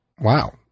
wow